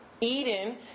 Eden